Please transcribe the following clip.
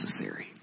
necessary